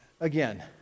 again